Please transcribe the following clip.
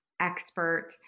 expert